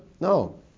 No